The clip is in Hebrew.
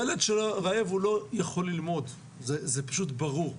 ילד רעב לא יכול ללמוד, זה ברור.